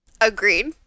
Agreed